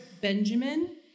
Benjamin